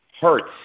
hurts